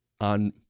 on